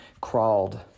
crawled